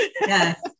Yes